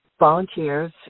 volunteers